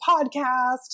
podcast